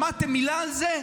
שמעתם מילה על זה?